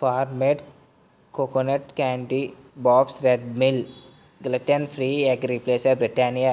form made coconut candy Bob's red mill gluten free egg replacer Britannia